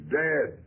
dead